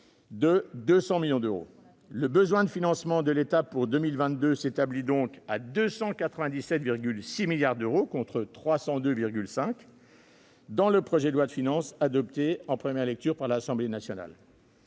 de 200 millions d'euros. Le besoin de financement de l'État pour 2022 s'établit donc à 297,6 milliards d'euros, contre 302,5 milliards d'euros dans le projet de loi de finances adopté en première lecture par l'Assemblée nationale.